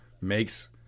makes